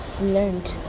learned